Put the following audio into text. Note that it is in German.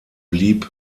blieb